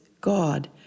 God